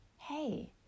hey